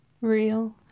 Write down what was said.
real